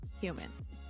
humans